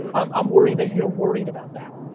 um i'm worried that you're worried about that.